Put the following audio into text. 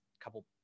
couple